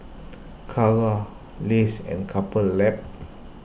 Kara Lays and Couple Lab